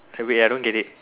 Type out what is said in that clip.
ah wait I don't get it